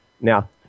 Now